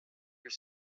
your